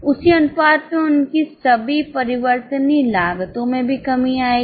उसी अनुपात में उनकी सभी परिवर्तनीय लागतो में भी कमी आएगी